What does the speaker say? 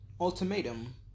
ultimatum